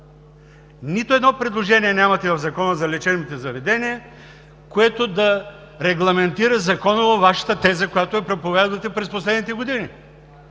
Нито едно предложение нямате в Закона за лечебните заведения, което да регламентира законово Вашата теза, която проповядвате през последните години.